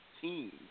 team